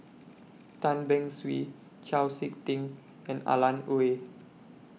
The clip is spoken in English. Tan Beng Swee Chau Sik Ting and Alan Oei